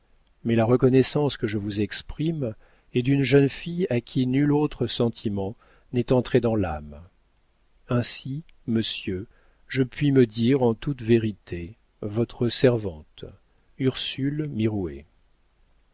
mais la reconnaissance que je vous exprime est d'une jeune fille à qui nul autre sentiment n'est entré dans l'âme ainsi monsieur je puis me dire en toute vérité votre servante ursule